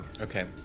Okay